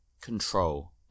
control